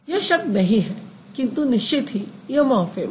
यह शब्द नहीं है किन्तु निश्चित ही यह मॉर्फ़िम है